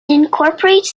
incorporates